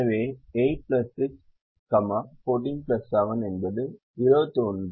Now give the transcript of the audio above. எனவே 8 6 14 7 என்பது 21 45